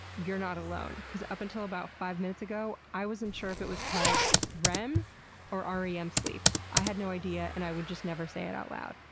you're not alone. because up until about five minutes ago, i wasn't sure if it was called rem or r e m sleep. i had no idea, and i would just never say it out aloud.